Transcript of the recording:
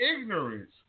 ignorance